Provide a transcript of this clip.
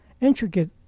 intricate